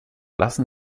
lassen